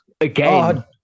again